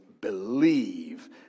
believe